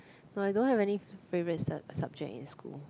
no I don't have any favourite subject in school